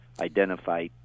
identify